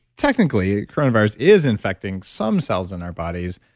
technically, coronavirus is infecting some cells in our bodies,